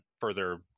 further